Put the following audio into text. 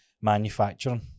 manufacturing